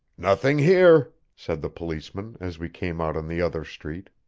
nothing here, said the policeman, as we came out on the other street.